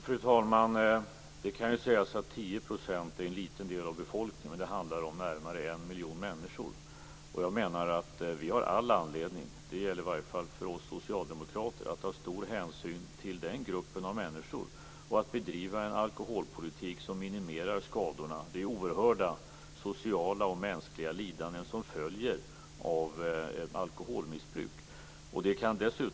Fru talman! Det kan sägas att 10 % är en liten del av befolkningen, men det handlar om närmare en miljon människor. Vi har all anledning - i varje fall vi socialdemokrater - att ta stor hänsyn till den gruppen av människor och bedriva en alkoholpolitik som minimerar skadorna och de oerhörda sociala och mänskliga lidanden som följer av alkoholmissbruk.